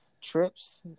trips